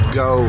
go